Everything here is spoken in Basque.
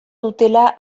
dutela